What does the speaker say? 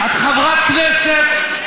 אני לא צריכה את הקמפיין שלך.